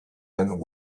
and